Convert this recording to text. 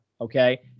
okay